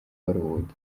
hollywood